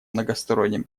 многосторонним